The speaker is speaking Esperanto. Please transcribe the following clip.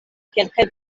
kelkaj